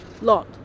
lot